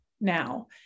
now